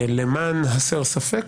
למען הסר ספק,